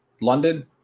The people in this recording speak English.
london